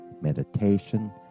meditation